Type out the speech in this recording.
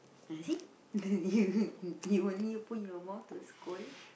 you see you only open your mouth to scold